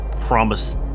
promise